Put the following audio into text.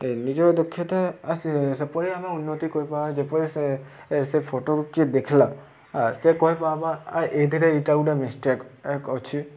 ଏ ନିଜର ଦକ୍ଷତା ସେପରି ଆମେ ଉନ୍ନତି କରିପାରିବା ଯେପରି ସେ ସେ ଫଟୋକୁ ଯିଏ ଦେଖିଲା ସେ କହିପାରବା ଆ ଏଇଥିରେ ଇଟା ଗୁଟା ମିଷ୍ଟେକ୍ ଅଛି